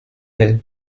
hill